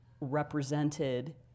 represented